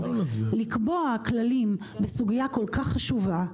לקבוע כללים בסוגיה כל כך חשובה.